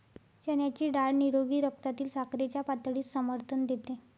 चण्याची डाळ निरोगी रक्तातील साखरेच्या पातळीस समर्थन देते